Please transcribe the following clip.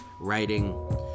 writing